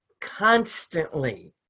constantly